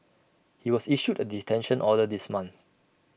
he was issued A detention order this month